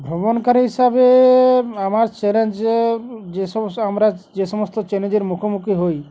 ভ্রমণকারী হিসাবে আমার চ্যালেঞ্জে যে সমস্যা আমরা যে সমস্ত চ্যালেঞ্জের মুখোমুখি হই